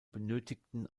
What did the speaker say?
benötigten